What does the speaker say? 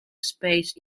space